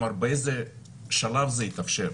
כלומר באיזה שלב זה יתאפשר.